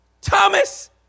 Thomas